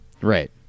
Right